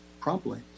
promptly